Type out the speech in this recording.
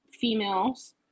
females